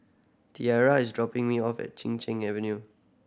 Tiara is dropping me off at Chin Cheng Avenue